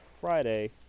Friday